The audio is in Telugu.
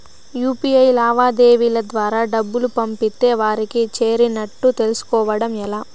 యు.పి.ఐ లావాదేవీల ద్వారా డబ్బులు పంపితే వారికి చేరినట్టు తెలుస్కోవడం ఎలా?